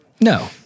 No